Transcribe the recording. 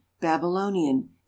babylonian